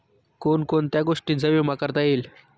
कोण कोणत्या गोष्टींचा विमा करता येईल?